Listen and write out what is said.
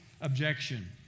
objection